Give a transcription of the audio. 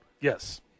Yes